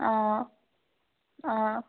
অঁ অঁ